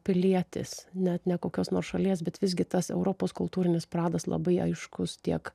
pilietis net ne kokios nors šalies bet visgi tas europos kultūrinis pradas labai aiškus tiek